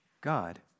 God